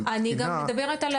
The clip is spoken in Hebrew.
אבל התקינה,